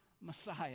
Messiah